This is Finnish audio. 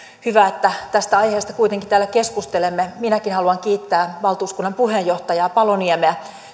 hyvä että tästä aiheesta kuitenkin täällä keskustelemme minäkin haluan kiittää valtuuskunnan puheenjohtaja paloniemeä